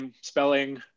spelling